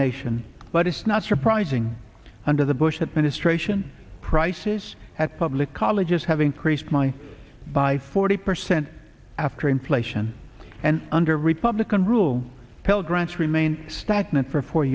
nation but it's not surprising under the bush administration prices at public colleges have increased my by forty percent after inflation and under republican rule pell grants remain stagnant for four